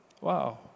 Wow